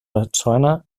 botswana